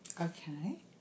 Okay